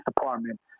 department